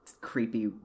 creepy